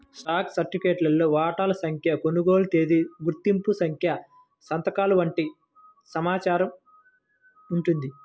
stock సర్టిఫికేట్లో వాటాల సంఖ్య, కొనుగోలు తేదీ, గుర్తింపు సంఖ్య సంతకాలు వంటి సమాచారం ఉంటుంది